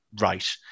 right